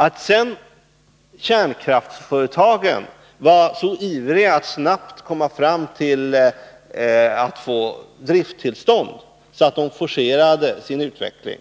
Att kärnkraftsföretagen sedan var så ivriga att snabbt få drifttillstånd att de forcerade sin utveckling